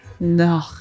No